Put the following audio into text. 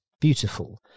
Beautiful